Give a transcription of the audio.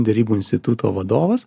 derybų instituto vadovas